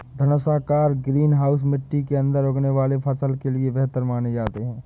धनुषाकार greenhouse मिट्टी के अंदर उगने वाले फसल के लिए बेहतर माने जाते हैं